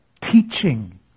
teaching